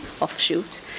offshoot